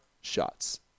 shots